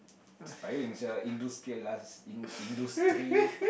inspiring sia industriali~ industry